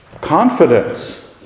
Confidence